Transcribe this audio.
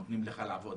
נותנים לו לעבוד,